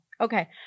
Okay